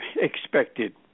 expected